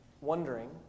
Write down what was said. wondering